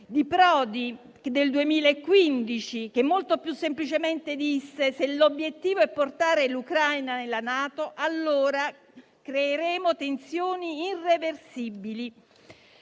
di Prodi del 2015, che molto più semplicemente disse che, se l'obiettivo era portare l'Ucraina nella NATO, allora si sarebbero create tensioni irreversibili.